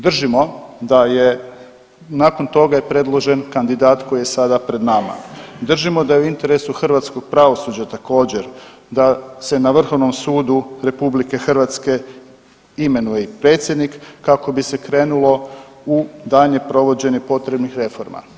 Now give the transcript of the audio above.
Držimo da je, nakon toga je predložen kandidat koji je sada pred nama, držimo da je u interesu hrvatskog pravosuđa također da se na Vrhovnom sudu RH imenuje i predsjednik kako bi se krenulo u daljnje provođenje potrebnih reforma.